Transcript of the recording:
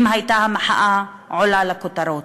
ספק אם הייתה המחאה עולה לכותרות.